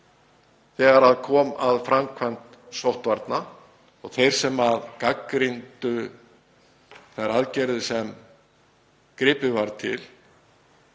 þegar kom að framkvæmd sóttvarna og þeir sem gagnrýndu þær aðgerðir sem gripið var til